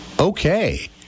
Okay